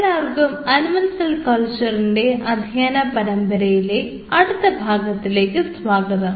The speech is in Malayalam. എല്ലാവർക്കും അനിമൽ സെൽ കൾച്ചറിൻറെ അധ്യാന പരമ്പരയിലെ അടുത്ത ഭാഗത്തിലേക്ക് സ്വാഗതം